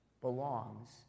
belongs